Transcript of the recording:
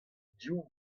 div